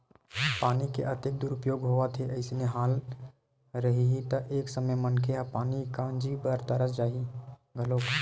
पानी के अतेक दुरूपयोग होवत हे अइसने हाल रइही त एक समे मनखे ह पानी काजी बर तरस जाही घलोक